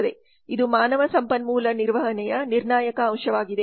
ಇದು ಮಾನವ ಸಂಪನ್ಮೂಲ ನಿರ್ವಹಣೆಯ ನಿರ್ಣಾಯಕ ಅಂಶವಾಗಿದೆ